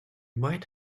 might